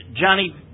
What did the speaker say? Johnny